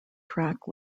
track